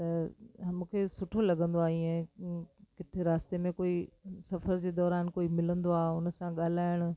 त मूंखे सुठो लॻंदो आहे ईअं किथे रास्ते में कोई सफ़र जे दौरानि कोई मिलंदो आहे उन सां ॻाल्हाइण